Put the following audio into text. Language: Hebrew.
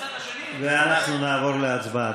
ואנחנו נעבור להצבעה.